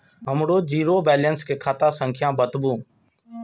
हमर zero balance के खाता संख्या बतबु?